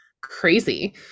crazy